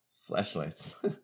Flashlights